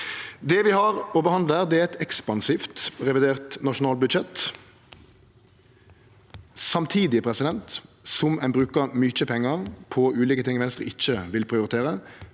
Det vi har å behandle her, er eit ekspansivt revidert nasjonalbudsjett. Samtidig som ein brukar mykje pengar på ulike ting Venstre ikkje vil prioritere,